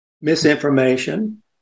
misinformation